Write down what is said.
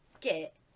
get